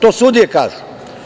To sudije kažu.